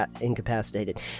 incapacitated